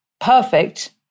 perfect